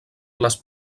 les